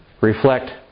reflect